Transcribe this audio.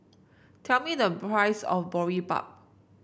tell me the price of Boribap